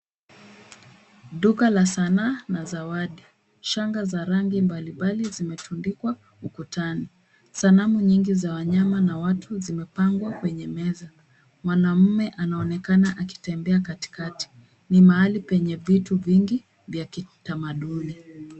Duka la sanaa na zawadi. Shanga za rangi mbalimbali zimetundikwa ukutani. Sanamu nyingi za wanyama na watu zimepangwa kwenye meza. Mwanaume anaonekana akitembea katikati. Ni mahali penye vitu vingi vya kitamaduni.